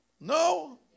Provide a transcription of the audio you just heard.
No